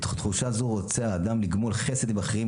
מתוך תחושה זו רוצה האדם לגמול חסד עם אחרים,